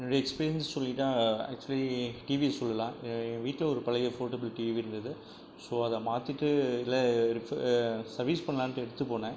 என்னோட எக்ஸ்பீரியன்ஸ் சொல்லிவிட்டா ஆக்சுவலி டிவியை சொல்லலாம் எங்கள் வீட்டில் ஒரு பழைய ஃபோல்டபுள் டிவி இருந்துது ஸோ அதை மாற்றிட்டு இல்லை ரிஃப்பே சர்வீஸ் பண்ணலான்ட்டு எடுத்து போனேன்